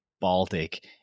Baltic